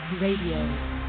Radio